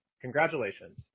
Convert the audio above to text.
Congratulations